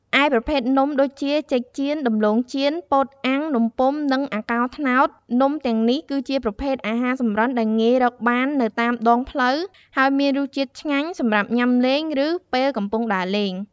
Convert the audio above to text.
ឯប្រភេទនំដូចជា ចេកចៀន ដំឡូងចៀន ពោតអាំង នំពុម្ភ និងអាកោរត្នោត នំទាំងនេះគឺជាប្រភេទអាហារសម្រន់ដែលងាយរកបាននៅតាមដងផ្លូវ ហើយមានរសជាតិឆ្ងាញ់ សម្រាប់ញ៉ាំលេង ឬពេលកំពុងដើរលេង។